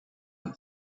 had